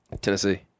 Tennessee